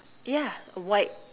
ya white